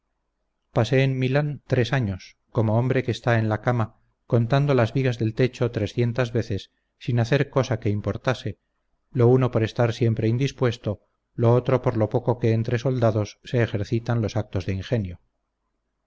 pasé en milán tres años como hombre que está en la cama contando las vigas del techo trescientas veces sin hacer cosa que importase lo uno por estar siempre indispuesto lo otro por lo poco que entre soldados se ejercitan los actos de ingenio